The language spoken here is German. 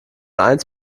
eins